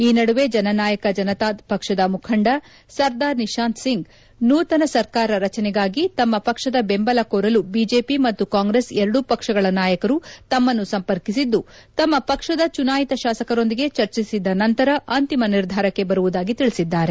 ಈ ನಡುವೆ ಜನನಾಯಕ ಜನತಾ ಪಕ್ಷದ ಮುಖಂದ ಸರ್ದಾರ್ ನಿಷಾಂತ್ಸಿಂಗ್ ನೂತನ ಸರ್ಕಾರ ರಚನೆಗಾಗಿ ತಮ್ಮ ಪಕ್ಷದ ಬೆಂಬಲ ಕೋರಲು ಬಿಜೆಪಿ ಮತ್ತು ಕಾಂಗೈಸ್ ಎರಡೂ ಪಕ್ಷಗಳ ನಾಯಕರು ತಮ್ಮನ್ನು ಸಂಪರ್ಕಿಸಿದ್ದು ತಮ್ಮ ಪಕ್ಷದ ಚುನಾಯಿತ ಶಾಸಕರೊಂದಿಗೆ ಚರ್ಚಿಸಿದ ನಂತರ ಅಂತಿಮ ನಿರ್ಧಾರಕ್ಕೆ ಬರುವುದಾಗಿ ತಿಳಿಸಿದ್ದಾರೆ